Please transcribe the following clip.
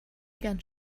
ganz